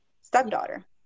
stepdaughter